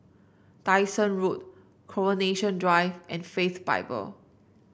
Dyson Road Coronation Drive and Faith Bible